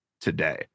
today